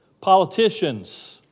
politicians